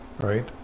right